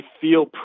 feel